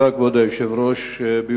כבוד היושב-ראש, תודה.